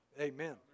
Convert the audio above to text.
Amen